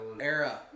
era